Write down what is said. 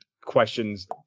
questions